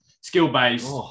skill-based